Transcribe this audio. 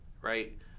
right